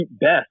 best